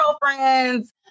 girlfriends